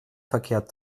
verkehrt